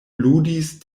ludis